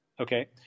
Okay